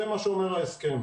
זה מה שאומר ההסכם.